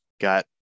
Got